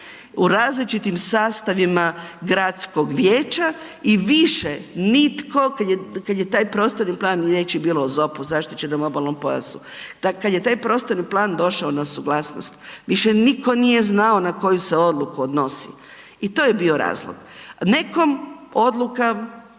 u različitim sastavima gradskog vijeća i više nitko, kad je taj prostorni plan, inače je bilo o ZOP-u, zaštićenom obalnom pojasu, kad je taj prostorni plan došao na suglasnost, više nitko nije znao na koju se odluku odnosi. I to je bio razlog. Nekom odluka